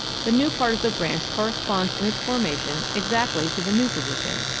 the new part of the branch corresponds in its formation exactly to the new position.